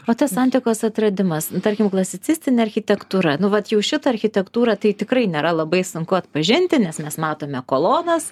va tas antikos atradimas nu tarkim klasicistinė architektūra nu vat jau šitą architektūrą tai tikrai nėra labai sunku atpažinti nes mes matome kolonas